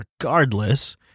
regardless